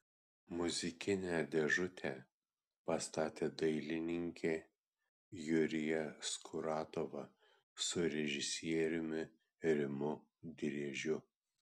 muzikinę dėžutę pastatė dailininkė julija skuratova su režisieriumi rimu driežiu